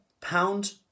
pound